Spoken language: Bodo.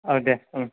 औ दे